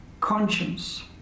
conscience